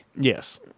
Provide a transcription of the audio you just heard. Yes